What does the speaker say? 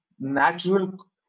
natural